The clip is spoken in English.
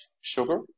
sugar